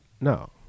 No